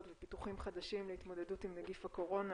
ופיתוחים חדשים להתמודדות עם נגיף הקורונה